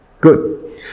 Good